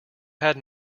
had